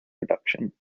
production